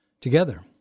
Together